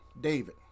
David